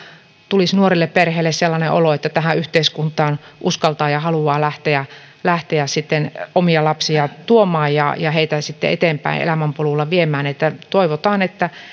tulisi nuorille perheille sellainen olo että tähän yhteiskuntaan uskaltaa ja haluaa lähteä lähteä sitten omia lapsia tuomaan ja ja heitä eteenpäin elämänpolulla viemään toivotaan että